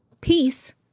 peace